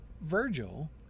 Virgil